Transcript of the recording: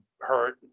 hurt